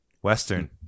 Western